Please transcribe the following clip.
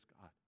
God